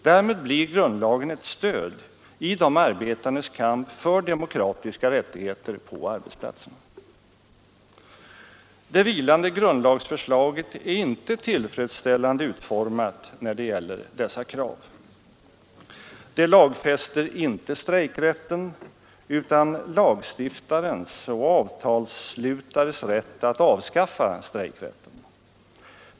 Därmed blir grundlagen ett stöd i de arbetandes kamp för demokratiska rättigheter på arbetsplatserna. Det vilande grundlagsförslaget är inte tillfredsställande utformat när det gäller dessa krav. Det lagfäster inte strejkrätten utan lagstiftares och avtalsslutares rätt att avskaffa strejkrätten.